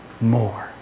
more